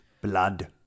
Blood